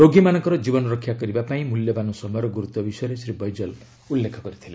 ରୋଗୀମାନଙ୍କର ଜୀବନରକ୍ଷା କରିବା ପାଇଁ ମୂଲ୍ୟବାନ ସମୟର ଗୁରୁତ୍ୱ ବିଷୟରେ ଶ୍ରୀ ବୈଜଲ ଉଲ୍ଲେଖ କରିଥିଲେ